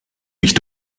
mich